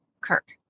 Kirk